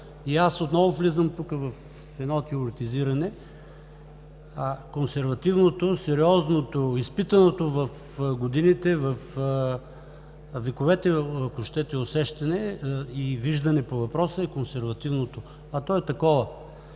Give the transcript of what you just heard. и аз отново влизам тук в едно теоретизиране. Консервативното, сериозното, изпитаното в годините, във вековете, ако щете, усещане и виждане по въпроса е консервативното. А то е такова